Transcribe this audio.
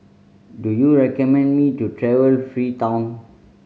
do you recommend me to travel Freetown